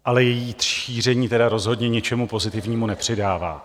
Ale její šíření tedy rozhodně ničemu pozitivnímu nepřidává.